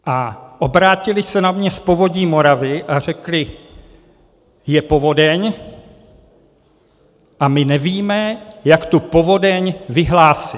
A obrátili se na mě z Povodí Moravy a řekli: Je povodeň a my nevíme, jak tu povodeň vyhlásit.